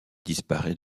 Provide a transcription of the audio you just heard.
disparaît